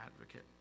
advocate